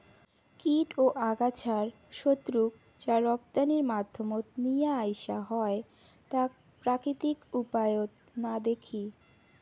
কীট ও আগাছার শত্রুক যা রপ্তানির মাধ্যমত নিয়া আইসা হয় তাক প্রাকৃতিক উপায়ত না দেখি